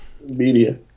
Media